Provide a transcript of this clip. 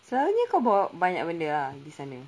selalunya kau bawa banyak benda ah pergi sana